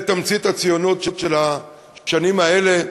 הם תמצית הציונות של השנים האלה,